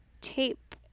tape